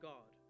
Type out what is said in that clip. God